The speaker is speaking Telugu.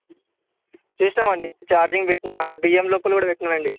చేసినాము అండి ఛార్జింగ్ పెట్టినా బియ్యం లోపల కూడా పెట్టినాము అండి